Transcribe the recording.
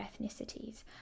ethnicities